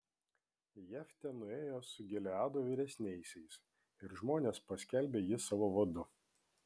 jeftė nuėjo su gileado vyresniaisiais ir žmonės paskelbė jį savo vadu